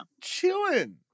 chilling